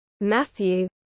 Matthew